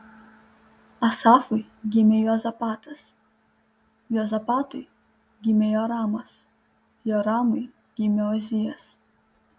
asafui gimė juozapatas juozapatui gimė joramas joramui gimė ozijas